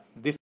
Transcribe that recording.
different